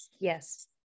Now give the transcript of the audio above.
Yes